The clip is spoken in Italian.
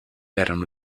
erano